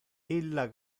illa